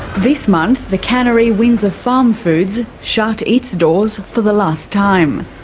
this month, the cannery windsor farm foods shut its doors for the last time.